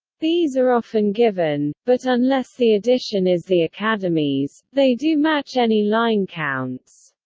these are often given, but unless the edition is the academy's, they do match any line counts.